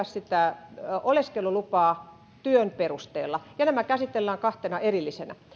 sitä oleskelulupaa työn perusteella ja nämä käsitellään kahtena erillisenä